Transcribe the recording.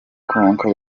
konka